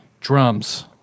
Drums